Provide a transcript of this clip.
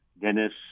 Dennis